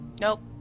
Nope